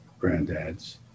granddads